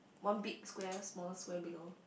one big square smaller square below